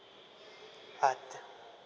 add